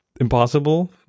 impossible